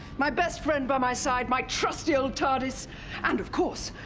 my best friend by my side, my trusty tardis and of course,